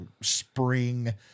spring